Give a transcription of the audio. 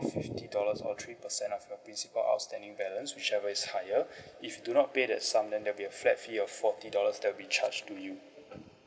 fifty dollars or three percent of your principal outstanding balance whichever is higher if you do not pay that sum then there'll be a flat fee of forty dollars that'll be charged to you